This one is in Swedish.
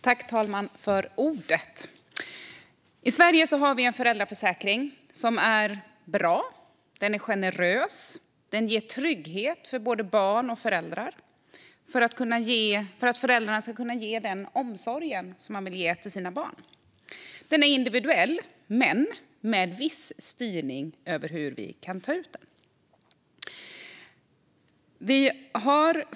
Fru talman! I Sverige har vi en bra föräldraförsäkring. Den är generös. Den ger både barn och föräldrar trygghet för att föräldrarna ska kunna ge sina barn den omsorg de vill kunna ge dem. Den är individuell, men det finns en viss styrning för hur vi kan ta ut den.